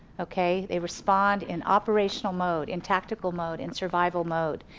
okay. they respond in operational mode, in tactical mode, in survival mode,